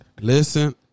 Listen